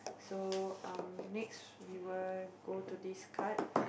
so um next we will go to describe